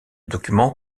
documents